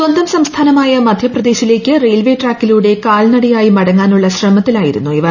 സ്വന്തം സംസ്ഥാനമായ മധ്യപ്രദേശിലേക്ക് റെയിൽവേ ട്രാക്കിലൂടെ കാൽനടയായി മടങ്ങാനുള്ള ശ്രമത്തിലായിരുന്നു ഇവർ